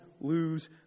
lose